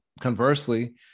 conversely